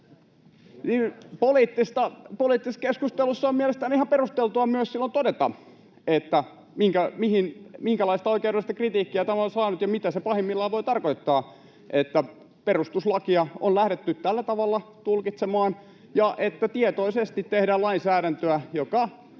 Poliittisessa keskustelussa on mielestäni ihan perusteltua silloin myös todeta, minkälaista oikeudellista kritiikkiä tämä on saanut ja mitä se pahimmillaan voi tarkoittaa, että perustuslakia on lähdetty tällä tavalla tulkitsemaan ja että tietoisesti tehdään lainsäädäntöä, joka